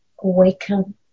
awaken